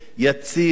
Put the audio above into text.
יציב,